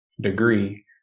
degree